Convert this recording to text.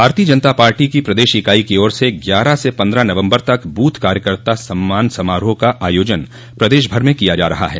भारतीय जनता पार्टी की प्रदेश इकाई की ओर से ग्यारह से पन्द्रह नवम्बर तक बूथ कार्यकर्ता सम्मान समारोह का आयोजन प्रदेश भर में किया जा रहा है